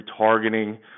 retargeting